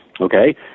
okay